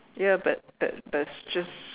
ya but but that's just